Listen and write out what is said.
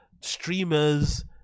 streamers